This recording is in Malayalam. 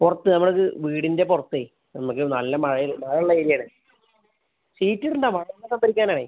പുറത്ത് നമ്മൾ അത് വീടിൻ്റെ പുറത്തേ നമ്മക്ക് നല്ല മഴ മഴയുള്ള ഏരിയ ആണ് ഷീറ്റ് ഇടണ്ട മഴ വെള്ളം സംഭരിക്കാൻ ആണേ